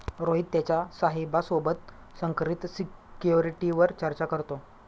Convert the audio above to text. रोहित त्याच्या साहेबा सोबत संकरित सिक्युरिटीवर चर्चा करतो